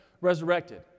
resurrected